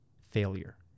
failure